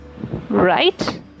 right